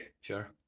sure